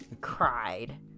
cried